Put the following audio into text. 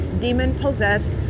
demon-possessed